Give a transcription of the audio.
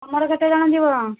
ତୁମର କେତେ ଜଣ ଯିବ